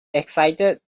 excited